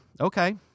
okay